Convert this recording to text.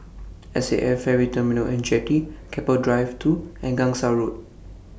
S A F Ferry Terminal and Jetty Keppel Drive two and Gangsa Road